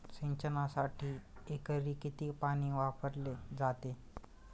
सिंचनासाठी एकरी किती पाणी वापरले जाते?